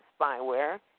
spyware